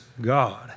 God